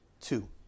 two